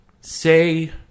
say